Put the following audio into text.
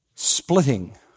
splitting